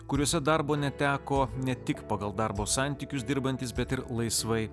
kuriuose darbo neteko ne tik pagal darbo santykius dirbantys bet ir laisvai